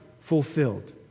fulfilled